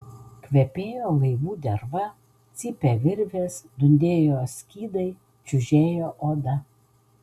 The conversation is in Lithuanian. kvepėjo laivų derva cypė virvės dundėjo skydai čiužėjo oda